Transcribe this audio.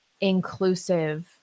inclusive